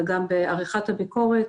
וגם בעריכת הביקורת,